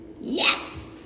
Yes